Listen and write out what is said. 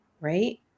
Right